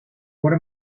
what